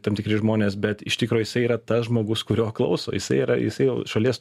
tam tikri žmonės bet iš tikro jisai yra tas žmogus kurio klauso jisai yra jisai jau šalies